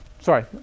Sorry